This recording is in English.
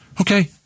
Okay